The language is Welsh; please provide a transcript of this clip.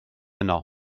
yno